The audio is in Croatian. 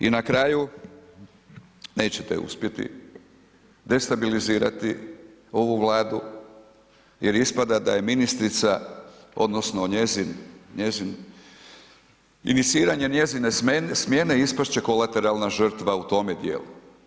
I na kraju nećete uspjeti destabilizirati ovu Vladu, jer ispada da je ministrica odnosno njezin, iniciranje njezine smjene ispast će kolateralna žrtva u tome dijelu.